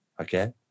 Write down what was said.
Okay